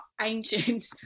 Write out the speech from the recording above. ancient